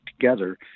together